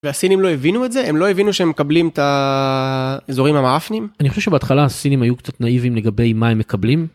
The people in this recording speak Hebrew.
והסינים לא הבינו את זה? הם לא הבינו שהם מקבלים את האזורים המעפנים? אני חושב שבהתחלה הסינים היו קצת נאיבים לגבי מה הם מקבלים.